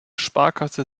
sparkasse